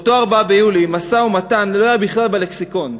באותו 4 ביולי משא-ומתן לא היה בכלל בלקסיקון,